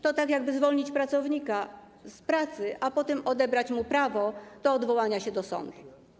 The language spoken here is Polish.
To tak jakby zwolnić pracownika z pracy, a potem odebrać mu prawo do odwołania się do sądu.